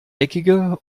eckige